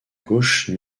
gauche